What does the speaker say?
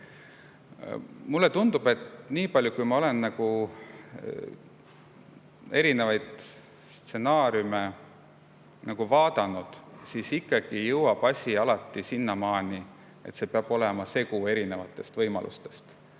Mulle tundub – nii palju kui ma olen erinevaid stsenaariume vaadanud –, et asi jõuab ikkagi alati selleni, et peab olema segu erinevatest võimalustest.